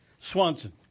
Swanson